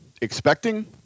Expecting